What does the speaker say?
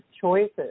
choices